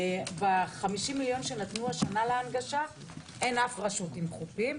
ב-50 מיליון שנתנו השנה להנגשה אין אף רשות עם חופים,